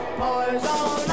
poison